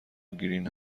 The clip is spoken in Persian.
گرین